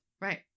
Right